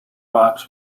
box